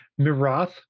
Mirath